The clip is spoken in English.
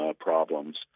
problems